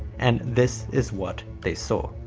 and this is what they saw,